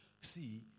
See